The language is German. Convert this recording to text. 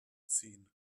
ziehen